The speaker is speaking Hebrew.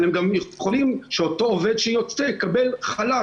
אבל הם גם יכולים שאותו עובד שיוצא יקבל חל"ת,